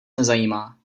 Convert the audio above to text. nezajímá